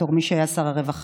בתור מי שהיה שר הרווחה,